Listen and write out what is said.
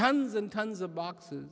tons and tons of boxes